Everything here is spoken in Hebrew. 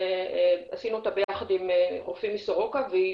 עשינו אותה יחד עם רופאים מסורוקה והיא